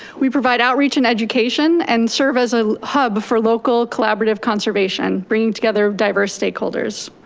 we provide outreach and education and serve as ah hub for local collaborative conservation bringing together diverse stakeholders.